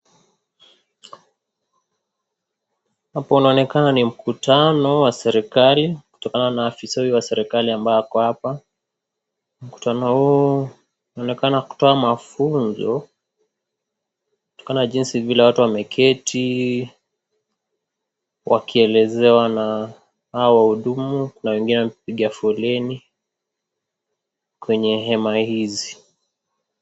Panaonekana ni mkutano wa serikali kutokana na afisa huyo wa serikali ambaye ako apa, mkutano huu unaonekana kutoa mafunzo kutokana jinsi vile watu wameketi wakielezewa na hao wahudumu na wengine wamepiga foleni kwenye hema hizi.